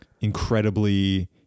incredibly